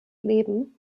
leben